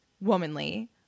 womanly